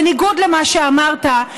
בניגוד למה שאמרת,